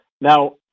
Now